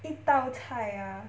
一道菜 ah